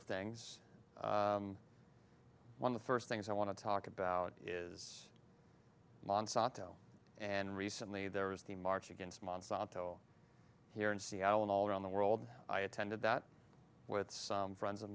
of things one the first things i want to talk about is monsanto and recently there was the march against monsanto here in seattle and all around the world i attended that with some friends of